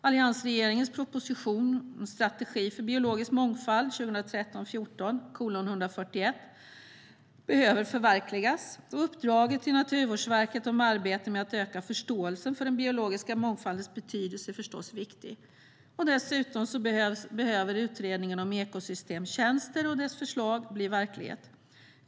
Alliansregeringens proposition Strategi för biologisk mångfald< 14:141 behöver förverkligas. Uppdraget till Naturvårdsverket om arbete med att öka förståelsen för den biologiska mångfaldens betydelse är förstås viktigt. Dessutom behöver utredningen om ekosystemtjänster och dess förslag bli verklighet.